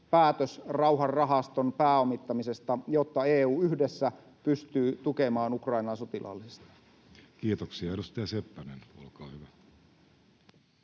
päätös rauhanrahaston pääomittamisesta, jotta EU yhdessä pystyy tukemaan Ukrainaa sotilaallisesti. Kiitoksia. — Edustaja Seppänen, olkaa hyvä.